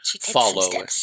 follow